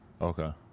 Okay